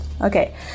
Okay